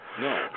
No